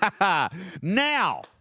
Now